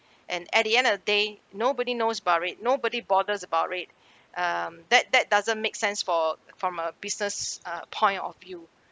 and at the end of the day nobody knows about it nobody bothers about it um that that doesn't make sense for from a business uh point of view